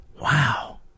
Wow